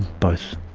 both.